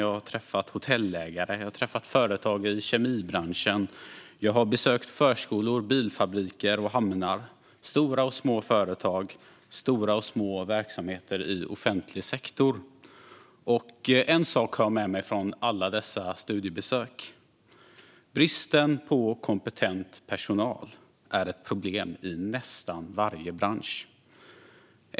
Jag har träffat hotellägare. Jag har träffat företag i kemibranschen. Jag har besökt förskolor, bilfabriker och hamnar. Jag har besökt stora och små företag, stora och små verksamheter i offentlig sektor. En sak har jag med mig från alla dessa studiebesök: Bristen på kompetent personal är ett problem i nästan varje bransch.